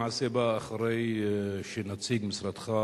למעשה באה אחרי שנציג משרדך,